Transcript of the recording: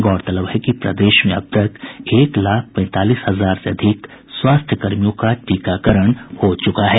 गौरतलब है कि प्रदेश में अब तक एक लाख पैंतालीस हजार से अधिक स्वास्थ्यकर्मियों का टीकाकरण हो चुका है